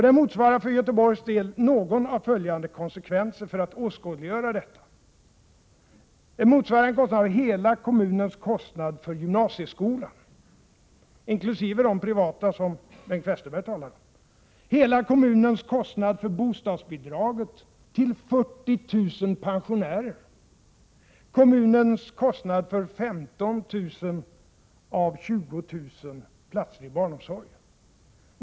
Det motsvarar för Göteborgs del någon av följande konsekvenser — för att åskådliggöra detta: hela kommunens kostnad för gymnasieskolan inkl. de privata skolorna, som Bengt Westerberg talade om, hela kommunens kostnad för bostadsbidraget till 40 000 pensionärer eller kommunens kostnad för 15 000 av 20 000 platser i barnomsorgen.